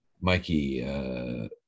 Mikey